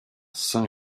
saint